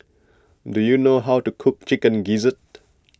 do you know how to cook Chicken Gizzard